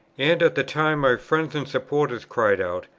and at the time my friends and supporters cried out,